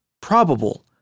probable